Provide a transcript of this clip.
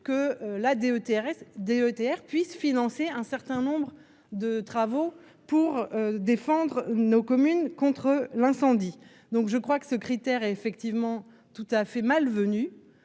que la DETR DETR puissent financer un certain nombre de travaux pour défendre nos communes contre l'incendie, donc je crois que ce critère est effectivement tout à fait mal